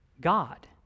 God